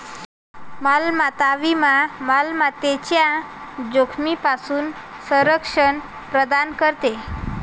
मालमत्ता विमा मालमत्तेच्या जोखमीपासून संरक्षण प्रदान करते